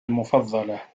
المفضلة